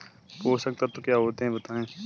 पोषक तत्व क्या होते हैं बताएँ?